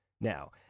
now